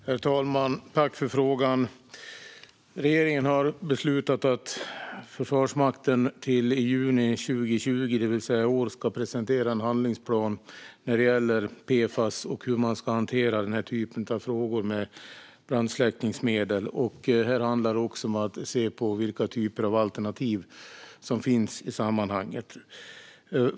Herr talman! Jag tackar för frågan. Regeringen har beslutat att Försvarsmakten till i juni 2020, det vill säga i år, ska presentera en handlingsplan när det gäller PFAS och hur man ska hantera frågor kring brandsläckningsmedel. Det handlar också om att se vilka alternativ som finns.